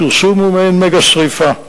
הפרסום הוא מעין מגה-שרפה.